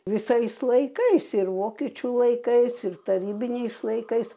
visais laikais ir vokiečių laikais ir tarybiniais laikais